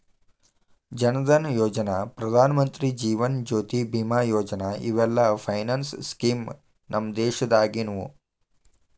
ಜನ್ ಧನಯೋಜನಾ, ಪ್ರಧಾನಮಂತ್ರಿ ಜೇವನ ಜ್ಯೋತಿ ಬಿಮಾ ಯೋಜನಾ ಇವೆಲ್ಲ finance scheme ನಮ್ ದೇಶದಾಗಿನವು